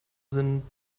sind